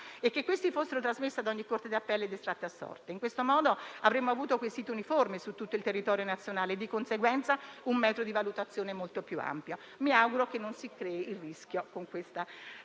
e che questi fossero trasmessi ad ogni corte d'appello ed estratti a sorte. In questo modo avremmo avuto quesiti uniformi su tutto il territorio nazionale e, di conseguenza, un metro di valutazione molto più ampio. Mi auguro che non si creino difficoltà con questo modo